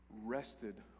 rested